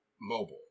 mobile